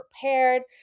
prepared